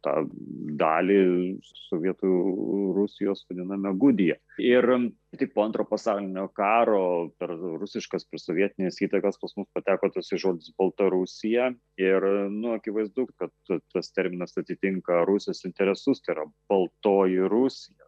tą dalį sovietų rusijos vadiname gudija ir tik po antro pasaulinio karo per daug rusiškas ir sovietines įtakas pas mus pateko tasai žodis baltarusija ir nu akivaizdu kad tas terminas atitinka rusijos interesus tai yra baltoji rusija